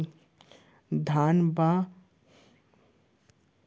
धान बर कतका कतका दिन म पानी पलोय म फसल बाड़ही?